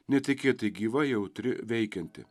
netikėtai gyva jautri veikianti